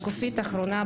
ברשותכם, שקופית אחרונה,